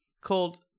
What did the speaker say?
called